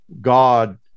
God